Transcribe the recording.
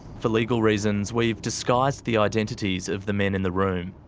for legal reasons we've disguised the identities of the men in the room.